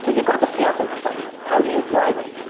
so you've got this chaos infrastructure. how do you drive it?